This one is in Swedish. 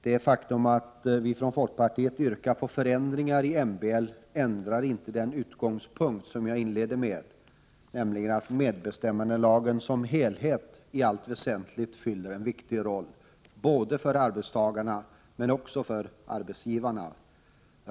Det faktum att folkpartiet yrkar på förändringar i MBL ändrar inte den utgångspunkt jag inledde med, nämligen att medbestämmandelagen som helhet i allt väsentligt fyller en viktig roll, både för arbetstagarna men också för arbetsgivarna.